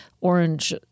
orange